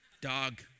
dog